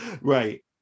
Right